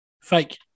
Fake